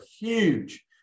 huge